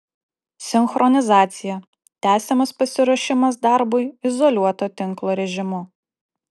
sinchronizacija tęsiamas pasiruošimas darbui izoliuoto tinklo režimu